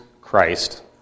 Christ